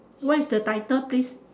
what is the title please